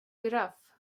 giraff